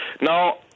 Now